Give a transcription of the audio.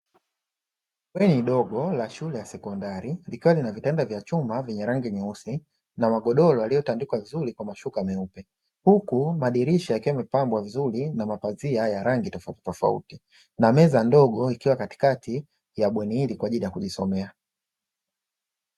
Bweni dogo la shule ya sekondari likiwa na vitanda vya chuma vyenye rangi nyeusi, na magodoro yaliyotandikwa vizuri kwa mashuka meupe, huku madirisha yakiwa yamepambwa vizuri na mapazia ya rangi tofauti tofauti, na meza ndogo ikiwa katikati ya bweni hili kwa ajili ya kujisomea.